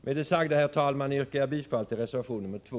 Med det sagda, herr talman, yrkar jag bifall till reservation 2.